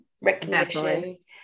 recognition